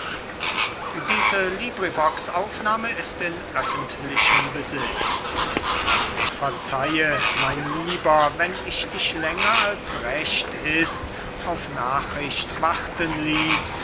xliii lais an aristipp verzeihe mein lieber wenn ich dich länger als recht ist auf nachricht warten ließ